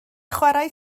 chwarae